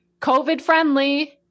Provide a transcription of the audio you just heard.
COVID-friendly